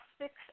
six